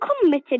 committed